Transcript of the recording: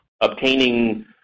obtaining